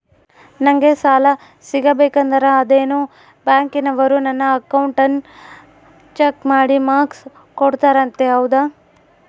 ನಂಗೆ ಸಾಲ ಸಿಗಬೇಕಂದರ ಅದೇನೋ ಬ್ಯಾಂಕನವರು ನನ್ನ ಅಕೌಂಟನ್ನ ಚೆಕ್ ಮಾಡಿ ಮಾರ್ಕ್ಸ್ ಕೊಡ್ತಾರಂತೆ ಹೌದಾ?